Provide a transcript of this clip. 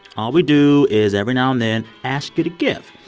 all we do is every now and then ask you to give.